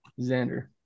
Xander